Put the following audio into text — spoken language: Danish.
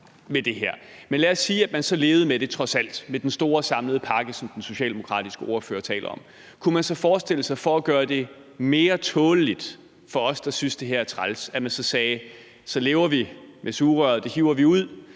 os altså sige, at man så trods alt levede med den store samlede pakke, som den socialdemokratiske ordfører taler om. Kunne man så forestille sig – for at gøre det mere tåleligt for os, der synes, at det her er træls – at man sagde, at så hiver man sugerøret ud, men alt